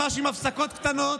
ממש עם הפסקות קטנות,